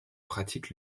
pratiques